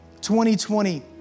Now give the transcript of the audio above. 2020